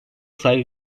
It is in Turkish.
saygı